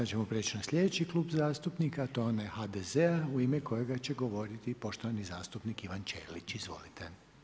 Sad ćemo prijeći na sljedeći klub zastupnika, a to je onaj HDZ-a u ime kojega će govoriti poštovani zastupnik Ivan Ćelić, izvolite.